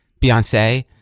beyonce